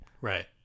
Right